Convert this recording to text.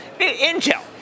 Intel